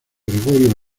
gregorio